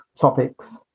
topics